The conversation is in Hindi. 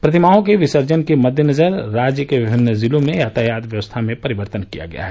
प्रतिमाओं के विसर्जन के मद्देनजर राज्य के विभिन्न जिलों में यातायात व्यवस्था में परिवर्तन किया गया है